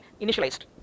initialized